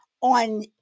on